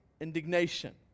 indignation